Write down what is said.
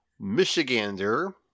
Michigander